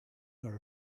nor